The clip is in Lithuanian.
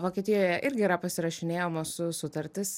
vokietijoje irgi yra pasirašinėjamos sutartys